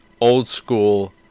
old-school